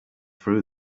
through